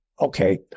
Okay